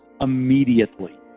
immediately